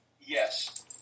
Yes